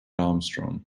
armstrong